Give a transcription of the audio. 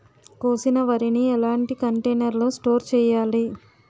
కోసిన వరిని ఎలాంటి కంటైనర్ లో స్టోర్ చెయ్యాలి?